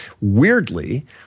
Weirdly